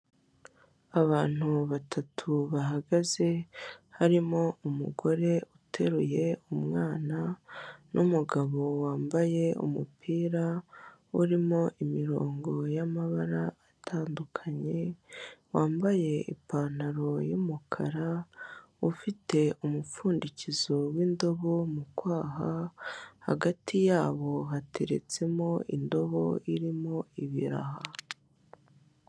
Abantu batatau bahagaze harimo umugore uteruye umwana n'umugabo wambaye umupira urimo imirongo y'amabara atandukanye wambaye ipantalo y'umukara, ufite umupfundikizo w'indobo mu kwaha, hagati yabo hateretsemo indobo irimo ibiraha.